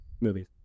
movies